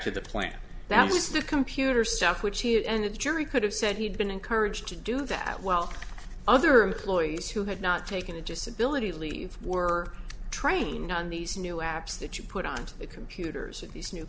to the plan that is the computer stuff which he and the jury could have said he'd been encouraged to do that while other employees who had not taken a disability leave were training on these new apps that you put on to the computers and these new